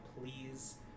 please